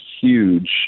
huge